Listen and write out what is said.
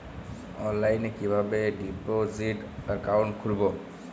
অনলাইনে কিভাবে deposit account খুলবো?